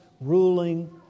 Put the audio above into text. ruling